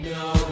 no